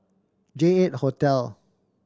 J Eight Hotel